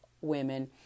women